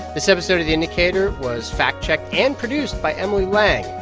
this episode of the indicator was fact-checked and produced by emily lang.